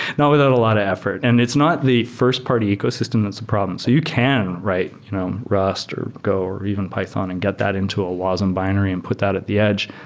not without a lot of effort. and it's not the first-party ecosystem that's the problem. so you can write you know rust or go or even python and get that into a wasm binary and put that at the edge.